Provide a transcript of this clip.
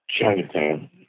Chinatown